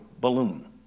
balloon